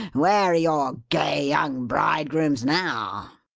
where are your gay young bridegrooms now!